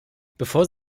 bevor